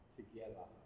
together